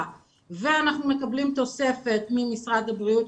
ואנחנו מקבלים תוספת ממשרד הבריאות,